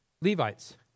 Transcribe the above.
Levites